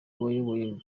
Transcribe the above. wayoboye